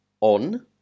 on